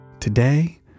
Today